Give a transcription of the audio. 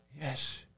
Yes